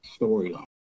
storyline